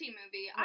movie